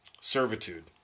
servitude